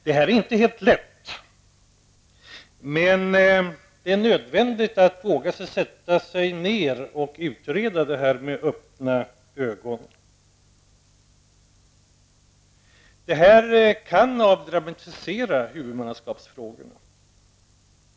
Detta är inte helt lätt, men det är nödvändigt att våga sätta sig ned och utreda detta med öppna ögon. Detta kommer troligtvis att avdramatisera huvudmannaskapsfrågorna.